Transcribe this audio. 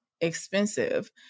expensive